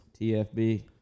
TFB